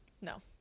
no